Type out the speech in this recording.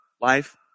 life